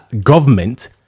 government